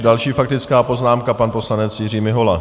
Další faktická poznámka pan poslanec Jiří Mihola.